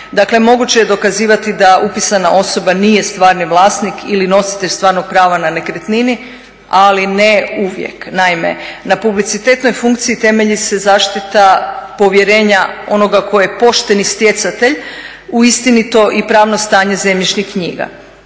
moguće je dokazivati da upisana osoba nije stvarni vlasnik ili nositelj stvarnog prava na nekretnini ali ne uvijek. Naime, na publicitetnoj funkciji temelji se zaštita povjerenja onoga tko je pošteni stjecatelj u istinito i pravno stanje zemljišnih knjiga.